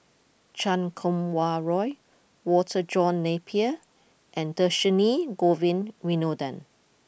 Chan Kum Wah Roy Walter John Napier and Dhershini Govin Winodan